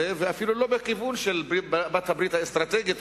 ואפילו לא בכיוון של בעלת-הברית האסטרטגית,